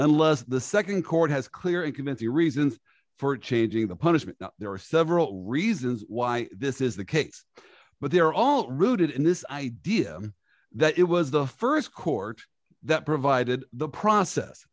unless the nd court has clearly commit the reasons for changing the punishment there are several reasons why this is the case but there are all rooted in this idea that it was the st court that provided the process